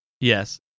Yes